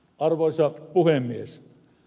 arvoisa puhemies